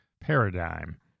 paradigm